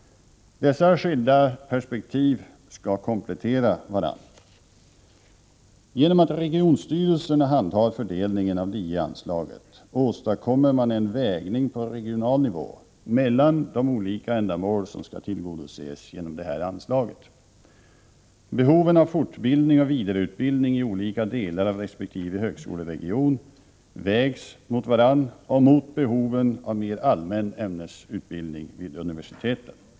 Dessa skilda perspektiv skall komplettera varandra. Genom att låta regionstyrelserna handha fördelningen av LIE-anslaget åstadkommer man en avvägning på regional nivå mellan de olika ändamål som skall tillgodoses genom anslaget. Behoven av fortbildning och vidareutbildning i olika delar av resp. högskoleregion vägs mot varandra och mot behoven av mer allmän ämnesutbildning vid universiteten.